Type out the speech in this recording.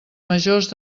majors